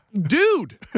dude